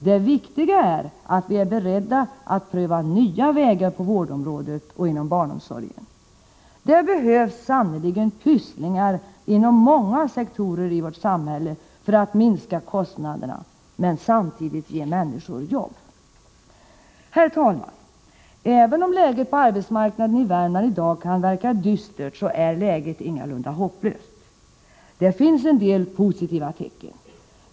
Det viktiga är att vi är beredda att pröva nya vägar på vårdområdet och inom barnomsorgen. Det behövs sannerligen ”pysslingar” inom många sektorer av vårt samhälle för att minska kostnaderna men samtidigt ge fler jobb. Herr talman! Även om läget på arbetsmarknaden i Värmland i dag kan verka dystert, är läget ingalunda hopplöst. Det finns en del positiva tecken.